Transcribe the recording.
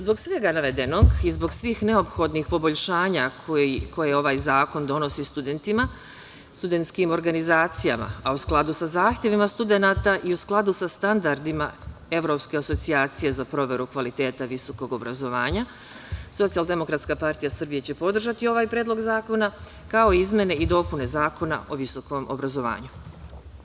Zbog svega navedenog i zbog svih neophodnih poboljšanja koje ovaj zakon donosi studentima, studentskim organizacijama, a u skladu sa zahtevima studenata i u skladu sa standardima Evropske asocijacije za proveru kvaliteta visokog obrazovanja, SDPS će podržati ovaj predlog zakona, kao i izmene i dopune Zakona o visokom obrazovanju.